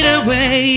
away